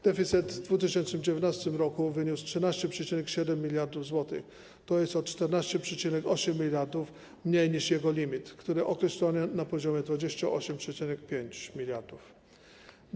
Deficyt w 2019 r. wyniósł 13,7 mld zł, to jest o 14,8 mld mniej niż jego limit, który określony jest na poziomie 28,5 mld zł.